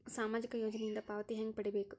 ಸಾಮಾಜಿಕ ಯೋಜನಿಯಿಂದ ಪಾವತಿ ಹೆಂಗ್ ಪಡಿಬೇಕು?